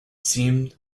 seemed